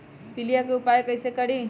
पीलिया के उपाय कई से करी?